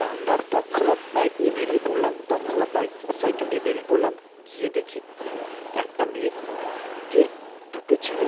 তা আমরা তৎক্ষণাৎ বাইক নিয়ে বেরিয়ে পড়লাম তৎক্ষণাৎ বাইক সাইকেল নিয়ে বেরিয়ে পড়লাম গিয়ে দেখি একটা মেয়েকে দুটো ছেলে